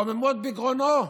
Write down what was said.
רוממות, בגרונו.